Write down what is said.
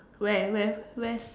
where where where